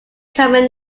common